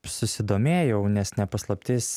susidomėjau nes ne paslaptis